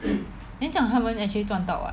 then 这样他们 actually 赚到 [what]